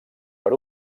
per